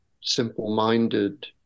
simple-minded